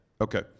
Okay